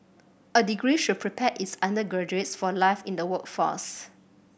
a degree should prepare its undergraduates for life in the workforce